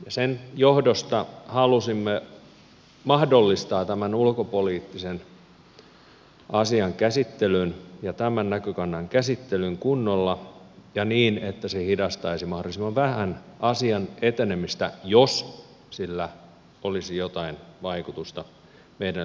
sen johdosta halusimme mahdollistaa tämän ulkopoliittisen asian käsittelyn ja tämän näkökannan käsittelyn kunnolla ja niin että se hidastaisi mahdollisimman vähän asian etenemistä jos sillä olisi jotain vaikutusta meidän liittoutumattomuuteemme